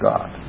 God